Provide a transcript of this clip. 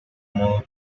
modo